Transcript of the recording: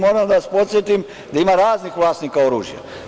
Moram da vas podsetim da ima raznih vlasnika oružja.